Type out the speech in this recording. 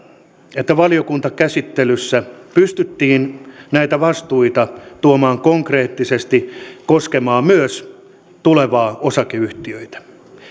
että valiokuntakäsittelyssä pystyttiin näitä vastuita tuomaan konkreettisesti koskemaan myös tulevaa osakeyhtiötä